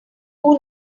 who